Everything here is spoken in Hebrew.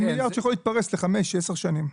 זה מיליארד שיכול להתפרס לחמש או עשר שנים.